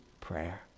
prayer